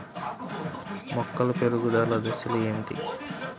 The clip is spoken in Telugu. మొక్కల పెరుగుదల దశలు ఏమిటి?